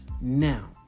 Now